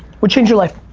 would change your life.